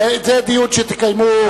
זה דיון שתקיימו,